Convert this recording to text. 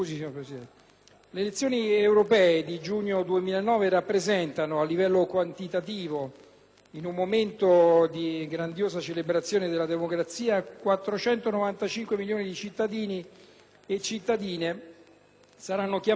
un momento di grandiosa celebrazione della democrazia. 495 milioni di cittadini e cittadine saranno chiamati ad eleggere i propri rappresentanti e 27 Paesi saranno interessati alla consultazione.